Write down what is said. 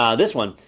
um this one,